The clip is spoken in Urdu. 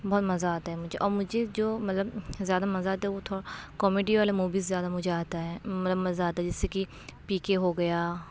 بہت مزہ آتا ہے مجھے اور مجھے جو مطلب زیادہ مزہ آتا ہے وہ تھوڑا کامیڈی والا موویز زیادہ مجھے آتا ہے مطلب مزہ آتا ہے جیسے کہ پی کے ہو گیا